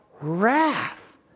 wrath